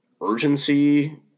urgency